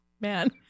man